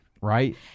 right